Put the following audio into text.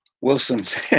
Wilson's